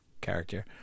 character